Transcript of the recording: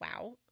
Wow